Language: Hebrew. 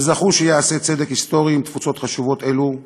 הם זכו שייעשה צדק היסטורי עם תפוצות חשובות אלו,